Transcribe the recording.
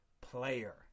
player